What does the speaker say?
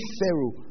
Pharaoh